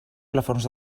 plafons